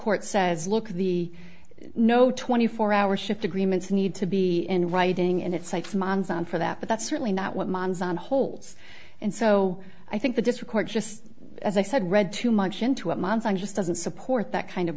court says look the no twenty four hour shift agreements need to be in writing and it cites montana for that but that's certainly not what manzana holds and so i think the difficult just as i said read too much into what monson just doesn't support that kind of